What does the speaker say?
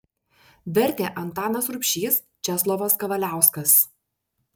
vertė antanas rubšys česlovas kavaliauskas